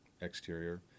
exterior